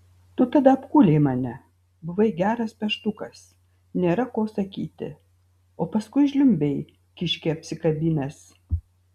tu tada apkūlei mane buvai geras peštukas nėra ko sakyti o paskui žliumbei kiškį apsikabinęs